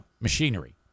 machinery